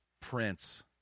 Prince